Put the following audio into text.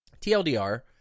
TLDR